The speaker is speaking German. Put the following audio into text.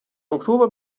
oktober